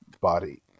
body